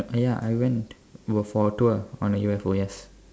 ya I went f~ for a tour on a U_F_O yes